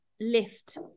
lift